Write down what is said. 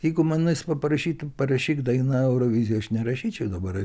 jeigu manęs paprašytų parašyk dainą eurovizijai aš nerašyčiau dabar